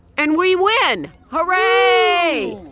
and we win. hooray